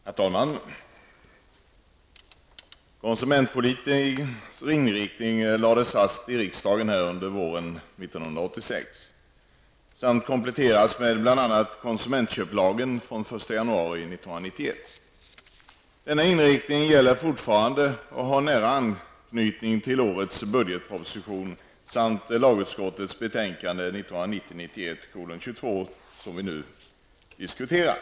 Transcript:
Herr talman! Konsumentpolitikens inriktning lades fast av riksdagen våren 1986 samt kompletterades med bl.a. konsumentköplagen den 1 januari 1991. Denna inriktning gäller fortfarande och har nära anknytning till årets budgetproposition samt lagutskottets betänkande 1990/91:22 som vi nu diskuterar.